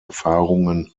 erfahrungen